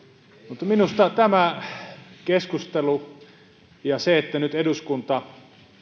mutta minusta tämä keskustelu ja se että nyt eduskunta